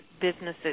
businesses